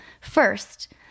first